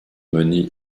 mener